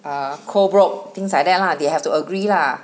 ah co-broke things like that lah they will have to agree lah